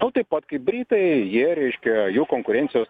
o taip pat kaip britai jie reiškia jų konkurencijos